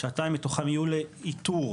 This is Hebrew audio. שעתיים מתוכם יהיו לאיתור,